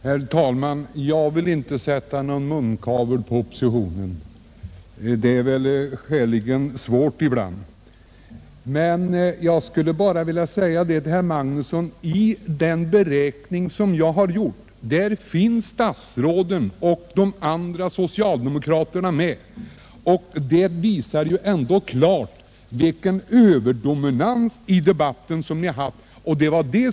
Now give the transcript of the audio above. Herr talman! Jag vill inte sätta munkavle på oppositionen — det torde också vara en skäligen svår uppgift. Jag skall nu bara säga det till herr Magnusson i Borås att statsråden finns med i den beräkning som jag har gjort och som klart visar vilken dominans oppositionen haft i debatten.